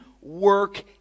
work